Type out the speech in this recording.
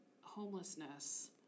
homelessness